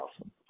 awesome